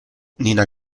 nina